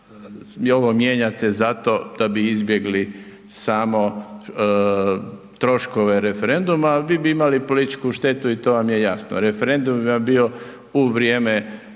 ovo mijenjate zato da bi izbjegli samo troškove referenduma, vi bi imali političku štetu i to vam je jasno. Referendum bi vam bio u vrijeme